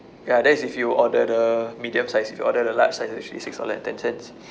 ya that is if you order the medium size if you order the large size it's actually six dollar and ten cents